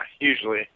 usually